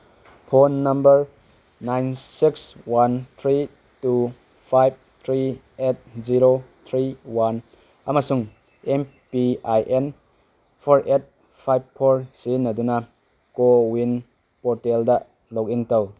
phone number nine six one three two five three eight zero three one ꯑꯃꯁꯨꯡ M P I N four eight five four ꯁꯤꯖꯤꯟꯅꯗꯨ CoWIN ꯄꯣꯔꯇꯦꯜꯗ login ꯇꯧ